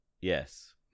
Yes